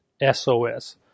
S-O-S